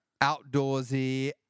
outdoorsy